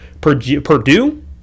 Purdue